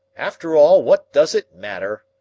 after all, what does it matter?